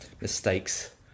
mistakes